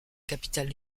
capitale